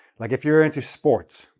like, if you're into sports,